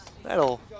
That'll